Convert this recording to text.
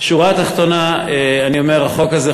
בשורה התחתונה אני אומר: החוק הזה,